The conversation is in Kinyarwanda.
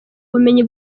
bumenyi